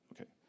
okay